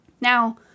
Now